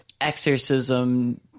exorcism